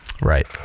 Right